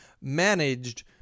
managed